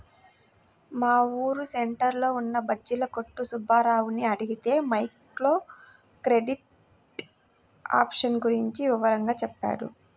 మా ఊరు సెంటర్లో ఉన్న బజ్జీల కొట్టు సుబ్బారావుని అడిగితే మైక్రో క్రెడిట్ ఆప్షన్ గురించి వివరంగా చెప్పాడు